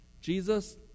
Jesus